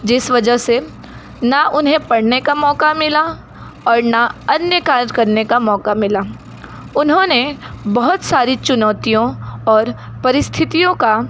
जिस वजह से न उन्हें पढ़ने का मौका मिला और न अन्य कार्य करने का मौका मिला उन्होंने बहुत सारी चुनौतियों और परिस्थितियों का